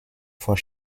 for